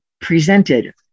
presented